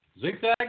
Zigzag